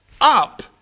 up